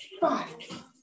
five